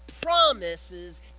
promises